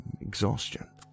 exhaustion